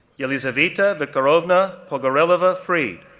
elizaveta viktorovna pogareleva freed,